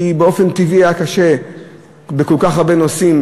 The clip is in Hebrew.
ובאופן טבעי היה קשה לדון בכל כך הרבה נושאים,